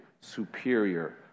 superior